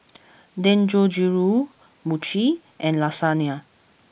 Dangojiru Mochi and Lasagna